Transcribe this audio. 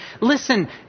listen